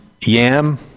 Yam